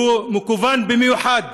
שהוא מכוון במיוחד